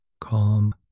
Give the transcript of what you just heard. Calm